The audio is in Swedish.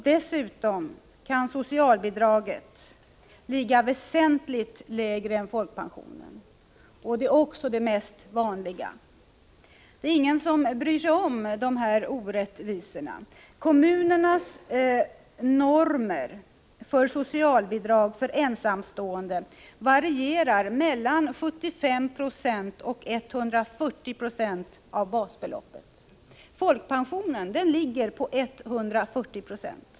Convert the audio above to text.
Dessutom kan socialbidraget ligga väsentligt lägre än folkpensionen; det är också det vanligaste. Det är ingen som bryr sig om de här orättvisorna. Kommunernas normer för socialbidrag för ensamstående varierar mellan 75 96 och 140 26 av basbeloppet. Folkpensionen ligger just på 140 96.